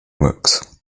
works